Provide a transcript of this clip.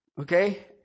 Okay